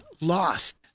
lost